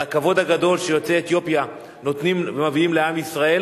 על הכבוד הגדול שיוצאי אתיופיה מביאים לעם ישראל,